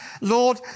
Lord